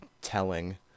telling